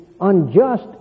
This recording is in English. unjust